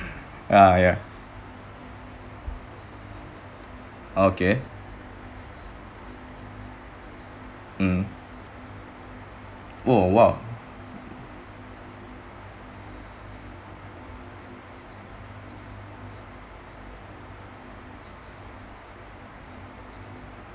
ya okay um oh !wow!